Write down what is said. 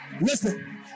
Listen